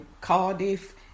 Cardiff